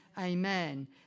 Amen